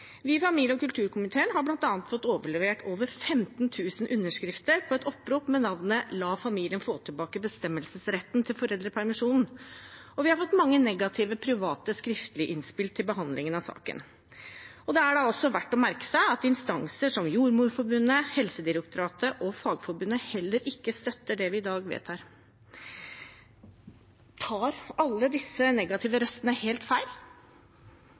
Vi i familie- og kulturkomiteen har bl.a. fått overlevert over 15 000 underskrifter på et opprop med navnet «La familien få tilbake bestemmelsesretten til foreldrepermisjonsfordeling». Og vi har fått mange negative private skriftlige innspill til behandlingen av saken. Det er også verdt å merke seg at instanser som Jordmorforbundet, Helsedirektoratet og Fagforbundet heller ikke støtter det vi i dag vedtar. Tar alle disse negative røstene helt feil?